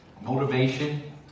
motivation